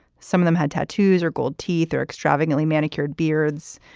some of them had tattoos or gold teeth or extravagantly manicured beards.